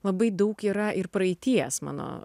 labai daug yra ir praeities mano